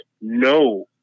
no